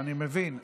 התשפ"ג 2022,